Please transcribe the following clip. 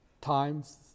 times